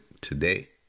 today